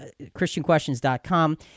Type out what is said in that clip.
christianquestions.com